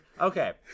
Okay